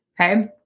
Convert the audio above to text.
Okay